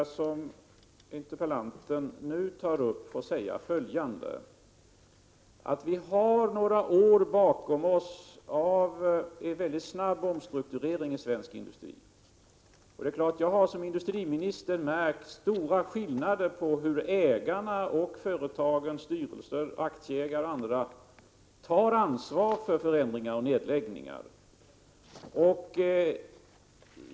Herr talman! Jag vill gärna på den fråga som interpellanten nu tar upp svara följande: Vi har bakom oss några år av mycket snabb omstrukturering i svensk industri. Jag har givetvis som industriminister märkt stora skillnader när det gäller hur företagens ägare och styrelser — aktieägare och andra — tar ansvar för förändringar och nedläggningar.